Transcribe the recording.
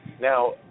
Now